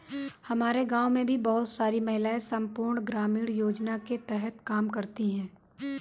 हमारे गांव में बहुत सी महिलाएं संपूर्ण ग्रामीण रोजगार योजना के तहत काम करती हैं